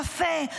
קפה,